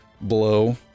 blow